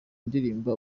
indirimbo